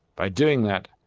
by doing that,